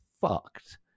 fucked